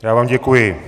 Já vám děkuji.